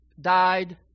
died